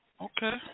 okay